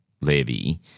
levy